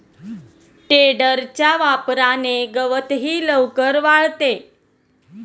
टेडरच्या वापराने गवतही लवकर वाळते